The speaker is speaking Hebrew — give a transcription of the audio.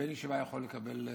שבן ישיבה יכול לקבל דיחוי.